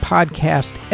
Podcast